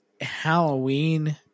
Halloween